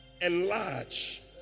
Enlarge